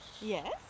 yes